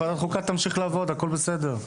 ועדת החוקה תמשיך לעבוד, הכול בסדר.